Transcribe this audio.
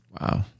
Wow